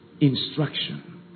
instruction